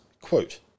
quote